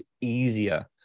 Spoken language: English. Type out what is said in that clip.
easier